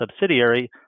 subsidiary